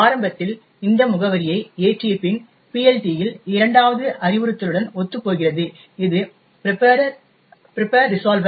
ஆரம்பத்தில் இந்த முகவரியை ஏற்றிய பின் PLT யில் இரண்டாவது அறிவுறுத்தலுடன் ஒத்துப்போகிறது இது பிரிப்பர் ரிசால்வர்